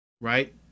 right